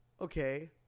okay